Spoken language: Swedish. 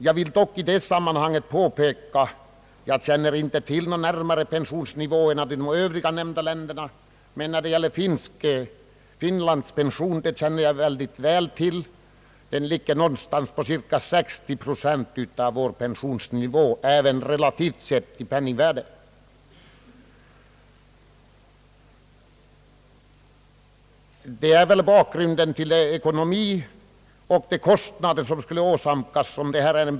Jag känner inte närmare till pensionsnivåerna i de övriga nämnda länderna, men jag känner mycket väl till pensionen i Finland. Den är ungefär 60 procent av vår pensionsnivå, även relativt sett, om man tar hänsyn till penningvärdet. Detta är en bedömningsfråga mot bakgrunden av de kostnader som skulle åsamkas.